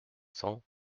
cents